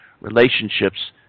relationships